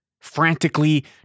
frantically